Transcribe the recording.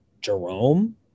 Jerome